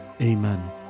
Amen